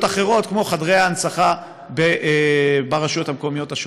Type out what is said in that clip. אחרות כמו חדרי הנצחה ברשויות המקומיות.